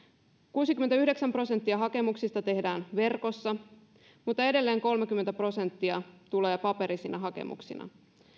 kuusikymmentäyhdeksän prosenttia hakemuksista tehdään verkossa mutta edelleen kolmekymmentä prosenttia tulee paperisina hakemuksina